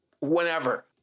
whenever